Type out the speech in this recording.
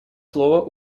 слово